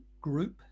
group